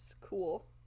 Cool